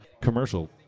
commercial